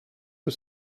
que